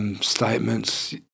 statements